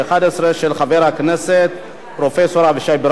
של חבר הכנסת פרופסור אבישי ברוורמן.